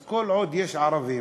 אז כל עוד יש ערבים,